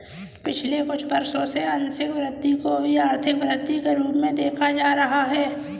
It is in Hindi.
पिछले कुछ वर्षों से आंशिक वृद्धि को भी आर्थिक वृद्धि के रूप में देखा जा रहा है